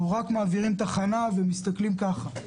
או רק מעבירים תחנה ומסתכלים ככה.